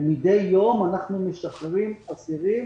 ומדי יום אנחנו משחררים אסירים